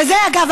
וזה אגב,